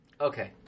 Okay